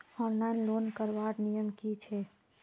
Online loan करवार नियम की छे?